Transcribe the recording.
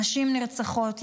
נשים נרצחות,